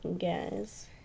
guys